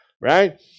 right